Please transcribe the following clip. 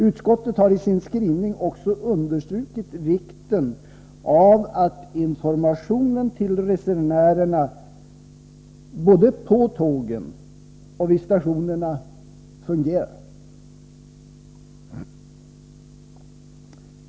Utskottet har i sin skrivning också understrukit vikten av att informationen till resenärerna både på tågen och vid stationerna fungerar.